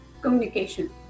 communication